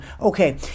Okay